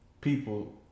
People